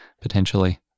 potentially